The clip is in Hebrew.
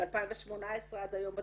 ב-2018 עד היום,